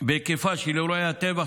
בהיקפה של אירועי הטבח,